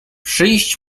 przyjść